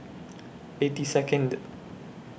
eighty Second